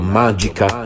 magica